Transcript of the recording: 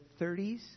30s